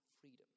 freedom